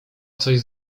coś